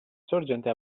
sorgente